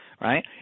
right